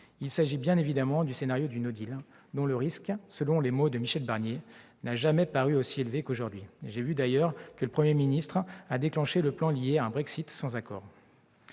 Il s'agit évidemment du scénario du, dont le risque, selon les mots de Michel Barnier, « n'a jamais paru aussi élevé » qu'aujourd'hui. Je note d'ailleurs que le Premier ministre a déclenché le plan destiné à faire face à un Brexit sans accord.